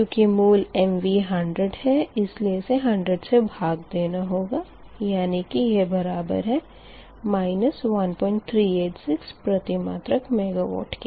चूँकि मूल MVA 100 है इसलिए इसे 100 से भाग देना होगा यानी की यह बराबर है 1386 प्रतिमात्रक मेगावाट के